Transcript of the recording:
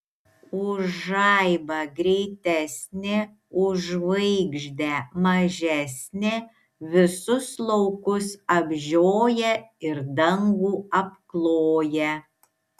už žaibą greitesnė už žvaigždę mažesnė visus laukus apžioja ir dangų apkloja